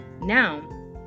Now